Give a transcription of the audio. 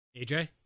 AJ